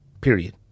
Period